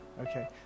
okay